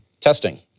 testing